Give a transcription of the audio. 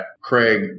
Craig